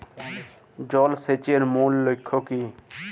জল সেচের মূল লক্ষ্য কী?